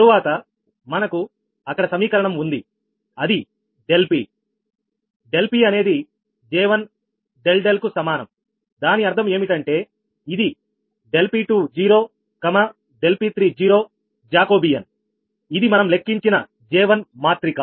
తరువాత మనకు అక్కడ సమీకరణం ఉంది అది ∆Pఅనేది J1 ∆కు సమానం దాని అర్థం ఏమిటంటే ఇది ∆P20 ∆P30జాకోబియన్ఇది మనం లెక్కించిన J1మాత్రిక